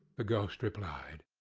the ghost replied.